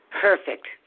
perfect